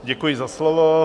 Děkuji za slovo.